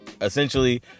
essentially